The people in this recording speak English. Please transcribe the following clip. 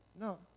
no